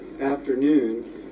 afternoon